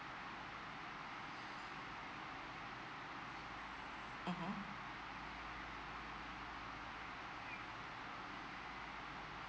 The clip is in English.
mmhmm